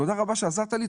תודה רבה שעזרת לי,